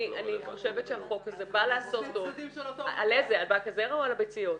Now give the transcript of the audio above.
על איזה, על בנק הזרע או על הביציות?